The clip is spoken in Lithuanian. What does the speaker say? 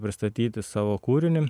pristatyti savo kūrinį